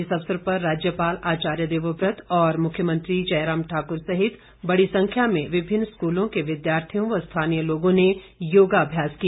इस अवसर पर राज्यपाल आचार्य देवव्रत और मुख्यमंत्री जयराम ठाकुर सहित बड़ी संख्या में विभिन्न स्कूलों के विद्यार्थियों व स्थानीय लोगों ने योगाभ्यास किया